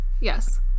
Yes